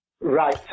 Right